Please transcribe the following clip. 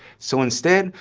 so instead,